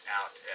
out